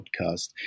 Podcast